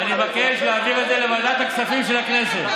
אני מבקש להעביר את זה לוועדת הכספים של הכנסת.